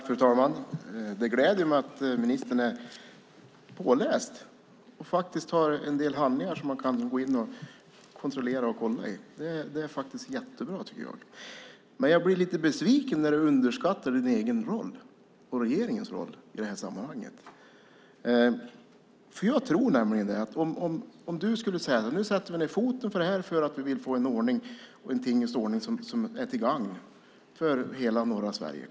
Fru talman! Det gläder mig att ministern är påläst och faktiskt har en del handlingar som man kan gå in och kontrollera i. Det är jättebra! Men jag blir lite besviken när ministern underskattar sin egen och regeringens roll i sammanhanget. Jag tror nämligen att det skulle betyda mycket om ministern skulle säga så här: Nu sätter vi ned foten, för vi vill få en tingens ordning som är till gagn för hela norra Sverige.